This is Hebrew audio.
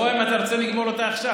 בוא, אם אתה רוצה, נגמור אותה עכשיו.